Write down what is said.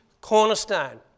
cornerstone